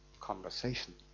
conversation